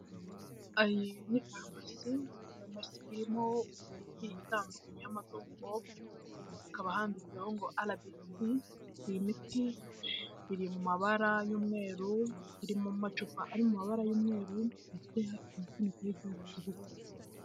Iya ni farumasi irimo imiti itandukanye y'amatungo, hakaba handitseho ngo rbc, iyi miti iri mu mabara y'umweru iri mu macupa ari mu mabara y'umweru ndetse afite imifuniko y'icyatsi kibisi.